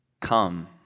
come